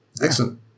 excellent